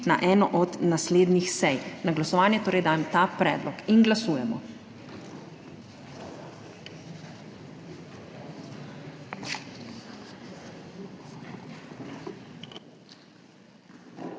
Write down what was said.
na eno od naslednjih sej. Na glasovanje torej dajem ta predlog. Glasujemo.